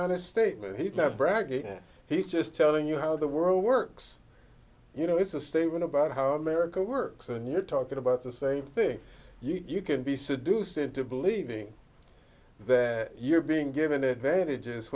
honest statement he's not bragging he's just telling you how the world works you know it's a statement about how america works and you're talking about the same thing you can be seduced into believing that you're being given advantages